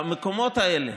במקומות האלה